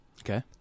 okay